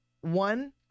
one